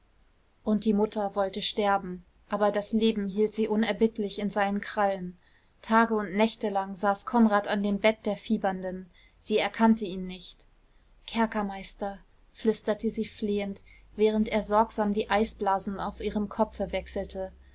und die mutter wollte sterben aber das leben hielt sie unerbittlich in seinen krallen tage und nächtelang saß konrad an dem bett der fiebernden sie erkannte ihn nicht kerkermeister flüsterte sie flehend während er sorgsam die eisblasen auf ihrem kopfe wechselte